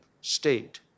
state